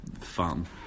fun